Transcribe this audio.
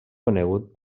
conegut